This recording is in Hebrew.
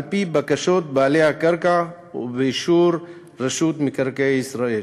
על-פי בקשות בעלי הקרקע ובאישור רשות מקרקעי ישראל.